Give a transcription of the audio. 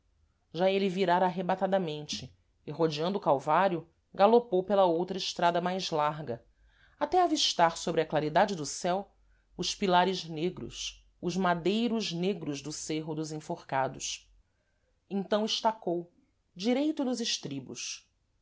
já êle virara arrebatadamente e rodeando o calvário galopou pela outra estrada mais larga até avistar sôbre a claridade do céu os pilares negros os madeiros negros do cêrro dos enforcados então estacou direito nos estribos